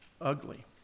ugly